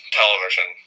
television